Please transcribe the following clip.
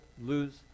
lose